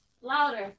Louder